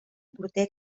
porter